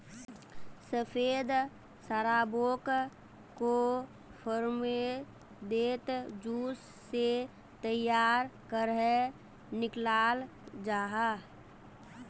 सफ़ेद शराबोक को फेर्मेंतेद जूस से तैयार करेह निक्लाल जाहा